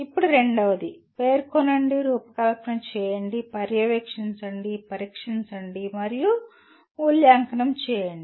ఇప్పుడు రెండవది పేర్కొనండి రూపకల్పన చేయండి పర్యవేక్షించండి పరీక్షించండి మరియు మూల్యాంకనం చేయండి